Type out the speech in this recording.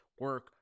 Work